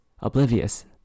oblivious